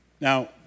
Now